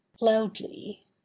Loudly